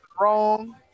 wrong